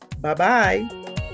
Bye-bye